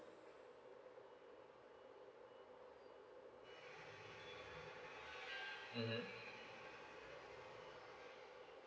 mm